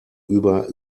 über